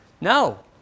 no